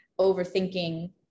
overthinking